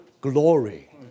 glory